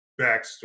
backstory